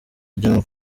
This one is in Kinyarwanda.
ajyanwa